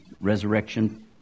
resurrection